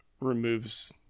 removes